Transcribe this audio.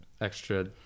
Extra